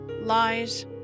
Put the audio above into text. lies